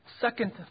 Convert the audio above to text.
Second